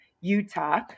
Utah